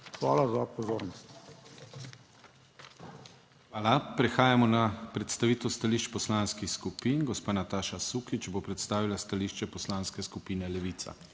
DANIJEL KRIVEC:** Hvala. Prehajamo na predstavitev stališč poslanskih skupin. Gospa Nataša Sukič bo predstavila stališče Poslanske skupine Levica.